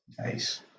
Nice